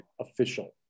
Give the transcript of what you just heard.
official